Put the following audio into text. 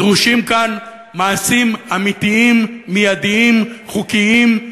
דרושים כאן מעשים אמיתיים, מיידיים, חוקיים,